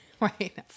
Right